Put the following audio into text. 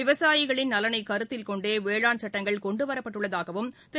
விவசாயிகளின் நலனை கருத்தில்கொண்டே வேளாண் சட்டங்கள் கொண்டு வரப்பட்டுள்ளதாகவும் திரு